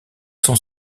sont